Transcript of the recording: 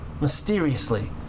mysteriously